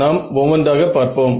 நாம் ஒவ்வொன்றாக பார்ப்போம்